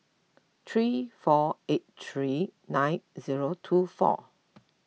three four eight three nine zero two four